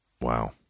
Wow